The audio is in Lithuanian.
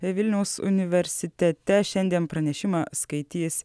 vilniaus universitete šiandien pranešimą skaitys